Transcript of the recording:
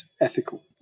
ethical